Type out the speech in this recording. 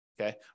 okay